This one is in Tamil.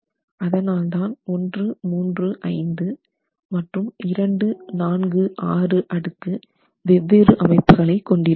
அதனால்தான் 1 3 5 மற்றும் 2 4 6 அடுக்கு வெவ்வேறு அமைப்புகளை கொண்டிருக்கிறது